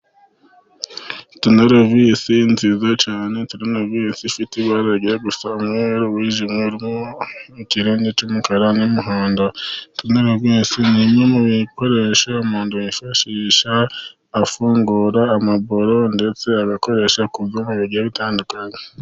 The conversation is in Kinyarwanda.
Turunovisi nziza cyane, turunovisi ifite ibara rigiye gusa n'umweru wijimye harimo ikirangi cy'umukaran'umuhondo, turunovisi ni bimwe mu bikoresha umuntu yifashisha afungura amaburo, ndetse agakoresha ku byuma bigiye butandukanye.